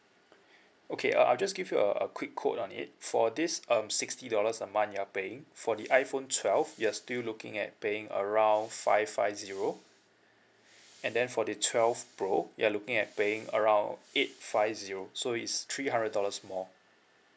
okay uh I'll just give you a a quick quote on it for this um sixty dollars a month you are paying for the iphone twelve you're still looking at paying around five five zero and then for the twelve pro you're looking at paying around eight five zero so it's three hundred dollars more